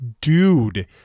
dude